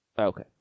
Okay